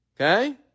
Okay